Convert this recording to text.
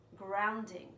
grounding